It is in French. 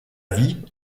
vie